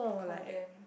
call them